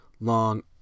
long